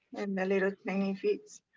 and the little tiny feet.